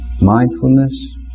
mindfulness